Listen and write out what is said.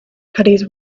caddies